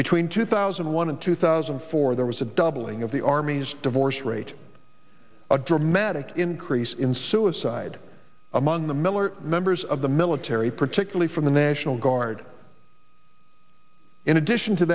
between two thousand and one and two thousand and four there was a doubling of the army's divorce rate a dramatic increase in suicide among the miller members of the military particularly from the national guard in addition to